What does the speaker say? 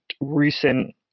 Recent